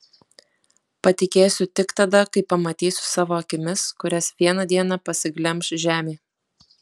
patikėsiu tik tada kai pamatysiu savo akimis kurias vieną dieną pasiglemš žemė